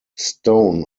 stone